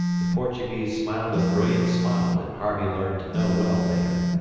the portuguese smiled a brilliant smile that harvey learned to know well later,